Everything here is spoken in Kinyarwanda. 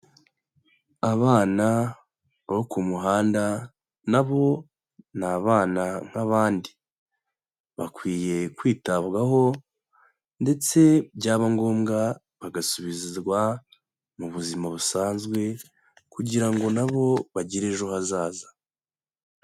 Abana bo ku muhanda na bo ni abana nk'abandi, bakwiye kwitabwaho ndetse byaba ngombwa bagasubizwa mu buzima busanzwe kugira ngo na bo bagire ejo hazaza.